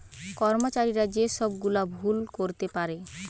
কর্মচারীরা যে সব গুলা ভুল করতে পারে